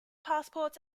passports